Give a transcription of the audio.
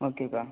ஓகேக்கா